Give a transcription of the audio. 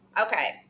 Okay